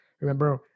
remember